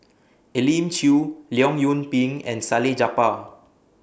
Elim Chew Leong Yoon Pin and Salleh Japar